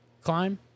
climb